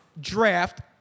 Draft